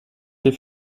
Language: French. ses